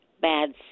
bad